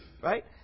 right